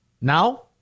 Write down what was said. Now